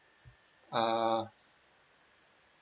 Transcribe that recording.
err